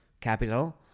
capital